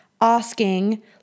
asking